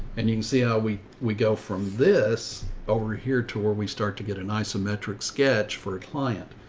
and you can see how we, we go from this over here to where we start to get an isometric sketch for a client.